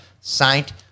Saint